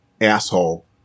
asshole